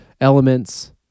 elements